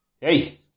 Hey